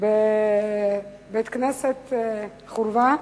בבית-הכנסת "החורבה".